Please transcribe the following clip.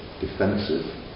defensive